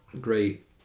great